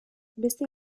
beste